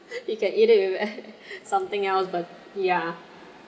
you can eat it with something else but ya